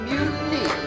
Mutiny